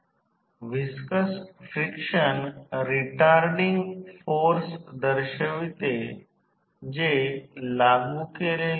तर जर R1 1 volt साठी 11 व्होल्ट ला तर रेटेड प्रवाह पुरवतो जे पूर्ण भार प्रवाह आहे जे 2